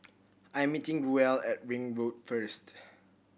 I am meeting Ruel at Ring Road first